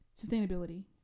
sustainability